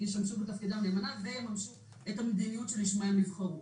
ושישמשו בתפקידם באמונה ויממשו את המדיניות שלשמה הם נבחרו.